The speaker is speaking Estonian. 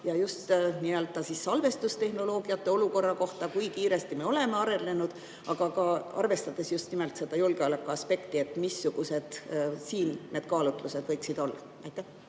küsimust lahendada? Ja salvestustehnoloogiate olukorra kohta: kui kiiresti me oleme arenenud? Aga ka arvestades just nimelt seda julgeolekuaspekti: missugused siin need kaalutlused võiksid olla? Aitäh!